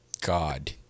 God